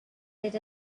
did